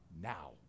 now